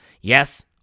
Yes